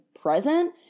present